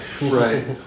Right